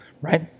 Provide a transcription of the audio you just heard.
right